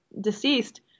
deceased